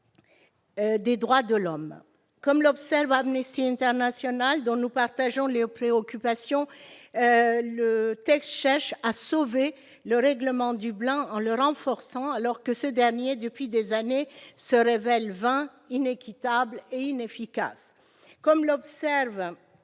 des droits de l'homme. Comme l'observe Amnesty International, dont nous partageons les préoccupations, le texte cherche à « sauver » le règlement Dublin en le renforçant, alors que ce dernier se révèle depuis des années vain, inéquitable et inefficace. De surcroît, la proposition